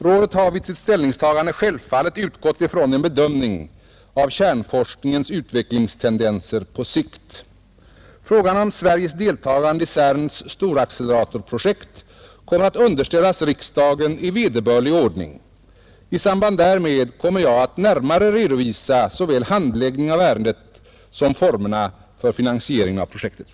Rådet har vid sitt ställningstagande självfallet utgått från en bedömning av kärnforskningens utvecklingstendenser på sikt. Frågan om Sveriges deltagande i CERN:s storacceleratorprojekt kommer att underställas riksdagen i vederbörlig ordning. I samband därmed kommer jag att närmare redovisa såväl handläggningen av ärendet som formerna för finansieringen av projektet.